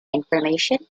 information